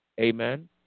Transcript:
Amen